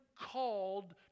called